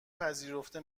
پذیرفته